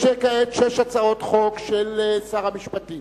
יש כעת שש הצעות חוק של שר המשפטים.